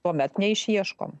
tuomet neišieškom